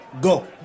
Go